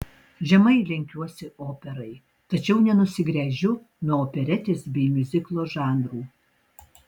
žemai lenkiuosi operai tačiau nenusigręžiu nuo operetės bei miuziklo žanrų